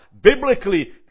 biblically